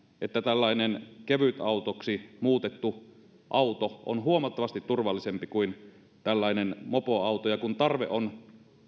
että tällainen kevytautoksi muutettu auto on huomattavasti turvallisempi kuin tällainen mopoauto kun tarve on